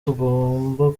tugomba